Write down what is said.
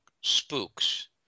Spooks